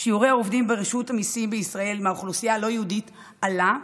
שיעור העובדים ברשות המיסים בישראל מהאוכלוסייה הלא-יהודית עלה,